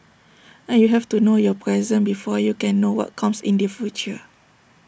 and you have to know your present before you can know what comes in the future